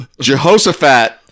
Jehoshaphat